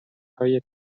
های